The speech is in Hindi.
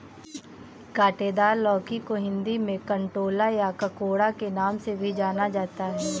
काँटेदार लौकी को हिंदी में कंटोला या ककोड़ा के नाम से भी जाना जाता है